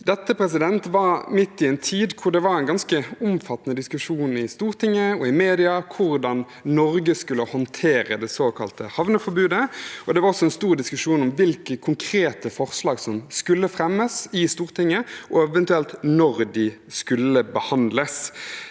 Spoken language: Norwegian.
Dette var midt i en tid hvor det var en ganske omfattende diskusjon i Stortinget og i media om hvordan Norge skulle håndtere det såkalte havneforbudet, og det var også en stor diskusjon om hvilke konkrete forslag som skulle fremmes i Stortinget, og når de eventuelt skulle behandles.